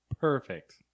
Perfect